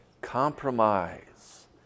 Compromise